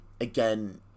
again